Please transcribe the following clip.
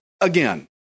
again